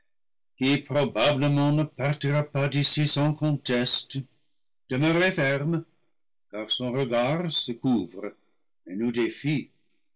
qui probablement ne partira pas d'ici sans conteste demeurez fermes car son regard se couvre et nous